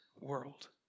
world